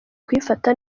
kuyifata